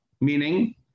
meaning